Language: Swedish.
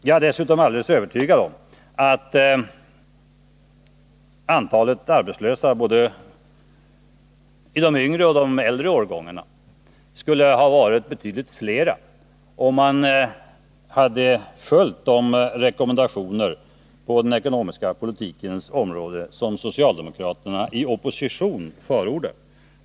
Jag är dessutom alldeles övertygad om att antalet arbetslösa, både i de yngre och i de äldre årgångarna, skulle ha varit betydligt större, om man hade följt de rekommendationer på den ekonomiska politikens område som socialdemokraterna i opposition förordar.